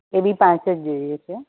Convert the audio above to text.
એ બી પાંચ જ જોઈએ છે